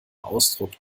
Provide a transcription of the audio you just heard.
ausdruck